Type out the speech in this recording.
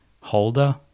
holder